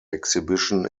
exhibition